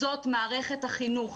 זאת מערכת החינוך.